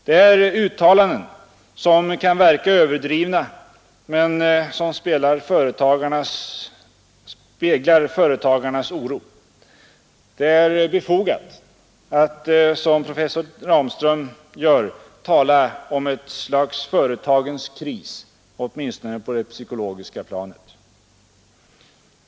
Det är uttalanden som kan verka överdrivna men som speglar företagarnas oro. Det är befogat att, som professor Ramström gör, tala om ett slags företagens kris åtminstone på det psykologiska planet.